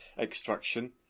extraction